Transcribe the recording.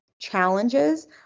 challenges